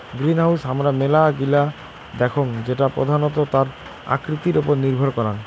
greenhouse হামারা মেলা গিলা দেখঙ যেটা প্রধানত তার আকৃতির ওপর নির্ভর করাং